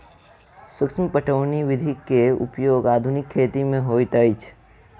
सूक्ष्म पटौनी विधिक उपयोग आधुनिक खेती मे होइत अछि